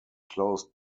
close